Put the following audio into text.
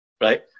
right